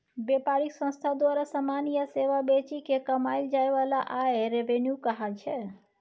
बेपारिक संस्था द्वारा समान या सेबा बेचि केँ कमाएल जाइ बला आय रेवेन्यू कहाइ छै